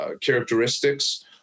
characteristics